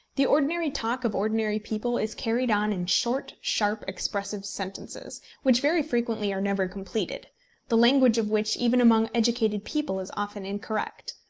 the ordinary talk of ordinary people is carried on in short sharp expressive sentences, which very frequently are never completed the language of which even among educated people is often incorrect.